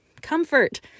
comfort